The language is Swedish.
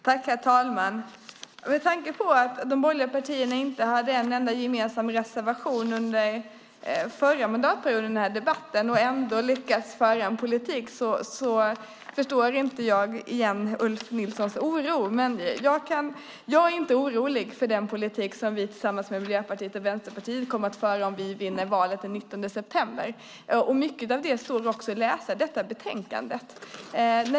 Herr talman! Med tanke på att de borgerliga partierna inte hade en enda gemensam reservation under förra mandatperioden i den här frågan och ändå har lyckats föra en politik förstår jag inte Ulf Nilssons oro. Jag är inte orolig för den politik som vi tillsammans med Miljöpartiet och Vänsterpartiet kommer att föra om vi vinner valet den 19 september. Mycket av det står också att läsa i detta betänkande.